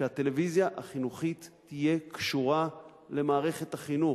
שהטלוויזיה החינוכית תהיה קשורה למערכת החינוך,